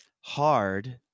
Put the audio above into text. hard